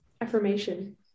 affirmation